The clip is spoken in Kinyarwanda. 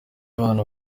bana